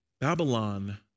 Babylon